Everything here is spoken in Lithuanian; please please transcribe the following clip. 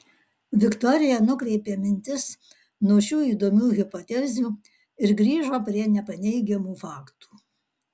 viktorija nukreipė mintis nuo šių įdomių hipotezių ir grįžo prie nepaneigiamų faktų